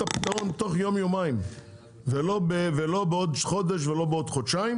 הפתרון תוך יום-יומיים ולא בעוד חודש ולא בעוד חודשיים.